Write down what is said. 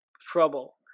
trouble